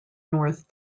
north